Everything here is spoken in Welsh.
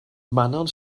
manon